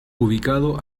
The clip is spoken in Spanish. ubicado